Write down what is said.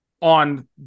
on